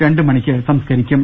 രണ്ട് മണിക്ക് സംസ്കരിക്കും